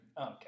Okay